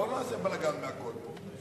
בואו לא נעשה בלגן מהכול פה.